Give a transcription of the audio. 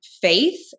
faith